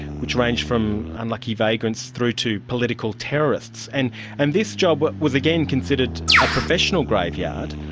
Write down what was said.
which range from unlucky vagrants through to political terrorists, and and this job but was again considered a professional graveyard.